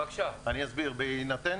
בבתים,